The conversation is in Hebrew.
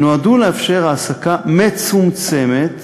נועדו לאפשר העסקה מצומצמת